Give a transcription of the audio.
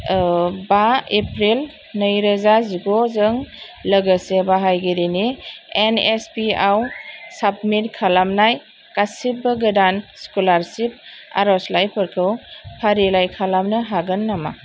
बा एप्रिल नैरोजा जिगुजों लोगोसे बाहायगिरिनि एनएसपि आव साबमिट खालामनाय गासिबो गोदान सिकुलारसिप आरज'लाइफोरखौ फारिलाइ खालामनो हागोन नामा